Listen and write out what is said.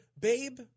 Babe